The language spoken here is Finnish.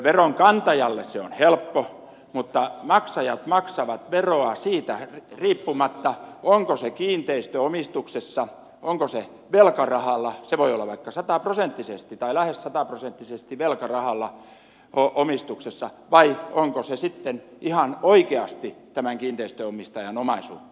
veronkantajalle se on helppo mutta maksajat maksavat veroa siitä riippumatta onko se kiinteistö omistuksessa onko se velkarahalla se voi olla vaikka sataprosenttisesti tai lähes sataprosenttisesti velkarahalla omistuksessa vai onko se sitten ihan oikeasti kiinteistön omistajan omaisuutta